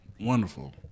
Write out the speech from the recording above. Wonderful